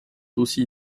aussi